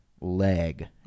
leg